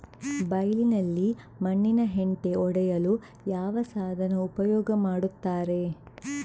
ಬೈಲಿನಲ್ಲಿ ಮಣ್ಣಿನ ಹೆಂಟೆ ಒಡೆಯಲು ಯಾವ ಸಾಧನ ಉಪಯೋಗ ಮಾಡುತ್ತಾರೆ?